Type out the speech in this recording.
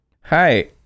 Hi